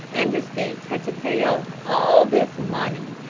and the state had to pay out all this money,